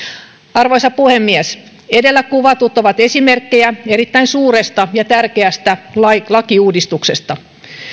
arvoisa puhemies edellä kuvatut ovat esimerkkejä erittäin suuresta ja tärkeästä lakiuudistuksesta